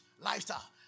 lifestyle